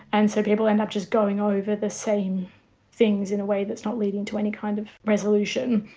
and so people end up just going over the same things in a way that's not leading to any kind of resolution.